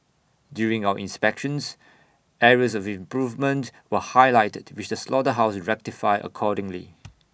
during our inspections areas of improvement were highlighted which the slaughterhouse rectified accordingly